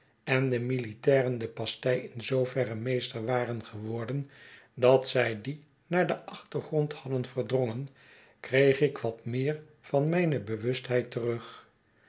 en de militairen de pastei in zooverre meester waren geworden dat zij die naar den achtergrond hadden verdrongen kreeg ik wat meer van mijne bewustheid terug